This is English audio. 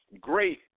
Great